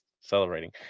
celebrating